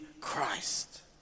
Christ